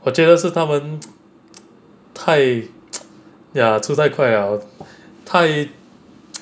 我觉得是他们 太 ya 出太快了 太